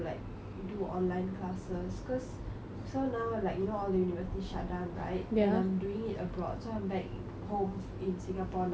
do online classes cause also now like you know all the university shutdown right and I'm doing it abroad so I'm back home in Singapore now